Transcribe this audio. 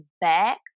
back